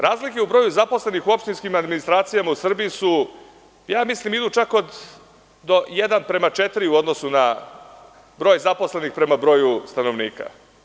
Razlike u broju zaposlenih u opštinskim administracijama u Srbiji su, mislim da idu čak do 1:4 u odnosu na broj zaposlenih prema broju stanovnika.